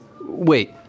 Wait